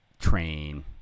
train